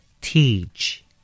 Teach